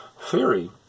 theory